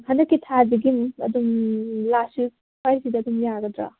ꯍꯟꯗꯛꯀꯤ ꯊꯥꯁꯤꯒꯤ ꯑꯗꯨꯝ ꯂꯥꯁ ꯋꯤꯛ ꯁ꯭ꯋꯥꯏꯁꯤꯗ ꯑꯗꯨꯝ ꯌꯥꯒꯗ꯭ꯔꯥ